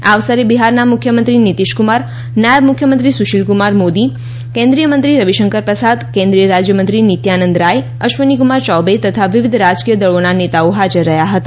આ અવસરે બિહારના મુખ્યમંત્રી નિતીશકુમાર નાયબ મુખ્યમંત્રી સુશીલ કુમાર મોદી કેન્દ્રિય મંત્રી રવિશંકર પ્રસાદ કેન્દ્રિય રાજ્યમંત્રી નિત્યાનંદ રાય અશ્વની કુમાર ચૌબે તથા વિવિધ રાજકીય દળોના નેતાઓ હાજર રહ્યા હતા